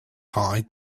high